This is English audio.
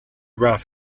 rough